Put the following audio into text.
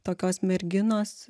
tokios merginos